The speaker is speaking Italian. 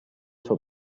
sua